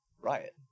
riot